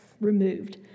removed